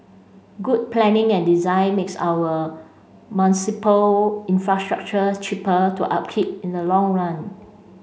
good planning and design makes our infrastructure cheaper to upkeep in the long run